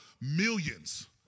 millions